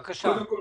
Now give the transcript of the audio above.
קודם כול,